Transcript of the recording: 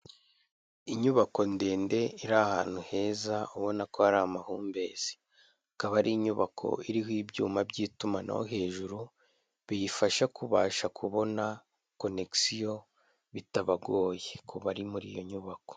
Inyubako ndende iri ahantu heza ubona ko hari amahumbezi, akaba ari inyubako iriho ibyuma by'itumanaho hejuru, biyifasha kubasha kubona konegisiyo bitabagoye ku bari muri iyo nyubako.